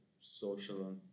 social